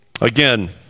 Again